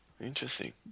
interesting